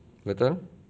betul